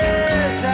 Yes